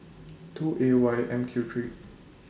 two A Y M Q three